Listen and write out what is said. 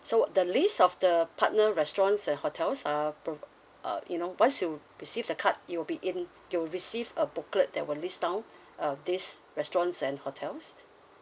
so the list of the partner restaurants and hotels uh prov~ you know once you receive the card you will be in you will receive a booklet that will list down uh these restaurants and hotels